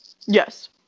Yes